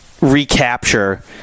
recapture